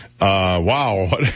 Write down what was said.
Wow